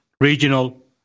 regional